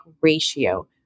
ratio